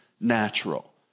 natural